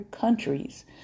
countries